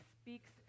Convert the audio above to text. speaks